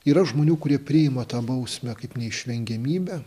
yra žmonių kurie priima tą bausmę kaip neišvengiamybę